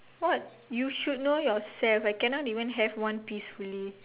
what you should know yourself I cannot even have one peacefully